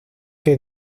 que